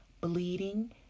bleeding